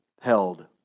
held